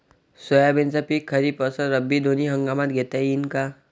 सोयाबीनचं पिक खरीप अस रब्बी दोनी हंगामात घेता येईन का?